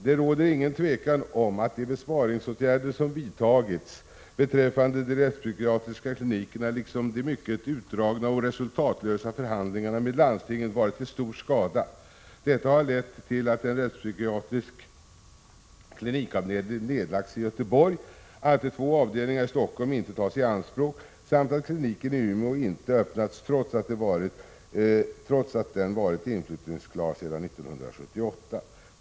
Det råder inget tvivel om att de besparingsåtgärder som vidtagits beträffande de rättspsykiatriska klinikerna, liksom de mycket utdragna och resultatlösa förhandlingarna med landstingen, varit till stor skada. Detta har lett till att en rättspsykiatrisk klinikavdelning nedlagts i Göteborg, att två avdelningar i Stockholm inte tas i anspråk samt att kliniken i Umeå ännu inte öppnats, trots att den varit inflyttningsklar sedan 1978.